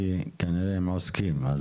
כי כנראה הם עוסקים.